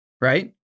right